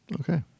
Okay